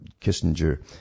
Kissinger